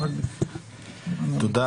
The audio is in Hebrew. תודה.